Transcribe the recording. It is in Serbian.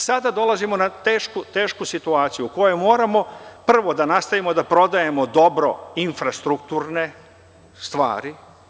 Sada dolazimo na tešku situaciju, u kojoj moramo prvo da nastavimo da prodajemo dobro infrastrukturne stvari.